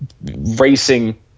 racing